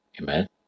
Amen